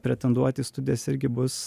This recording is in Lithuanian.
pretenduot į studijas irgi bus